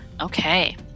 Okay